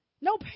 no